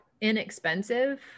inexpensive